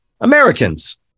americans